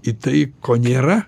į tai ko nėra